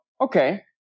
okay